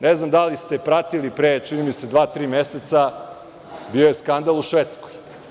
Ne znam da li ste pratili pre, čini mi se dva tri meseca, bio je skandal u Švedskoj.